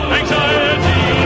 anxiety